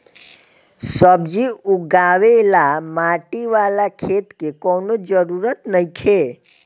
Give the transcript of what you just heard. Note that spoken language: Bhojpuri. सब्जी उगावे ला माटी वाला खेत के कवनो जरूरत नइखे